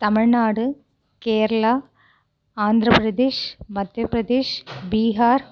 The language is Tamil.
தமிழ்நாடு கேரளா ஆந்திரப்ரதேஷ் மத்தியப்ரதேஷ் பீஹார்